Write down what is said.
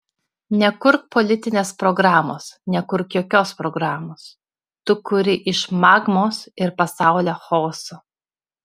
nekurk politinės programos nekurk jokios programos tu kuri iš magmos ir pasaulio chaoso